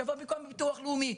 שיבוא במקום הביטוח הלאומי.